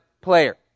player